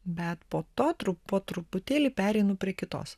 bet po to tru po truputėlį pereinu prie kitos